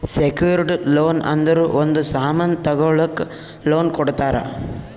secured loan ಅಂದುರ್ ಒಂದ್ ಸಾಮನ್ ತಗೊಳಕ್ ಲೋನ್ ಕೊಡ್ತಾರ